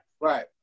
Right